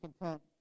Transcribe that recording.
content